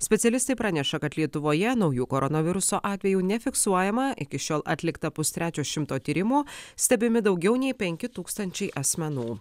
specialistai praneša kad lietuvoje naujų koronaviruso atvejų nefiksuojama iki šiol atlikta pustrečio šimto tyrimų stebimi daugiau nei penki tūkstančiai asmenų